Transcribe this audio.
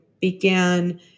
began